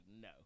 no